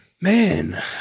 Man